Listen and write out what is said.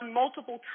multiple